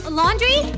laundry